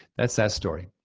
that's that story.